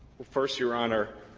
first, your honor,